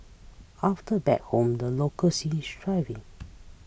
after back home the local scene is thriving